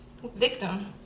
Victim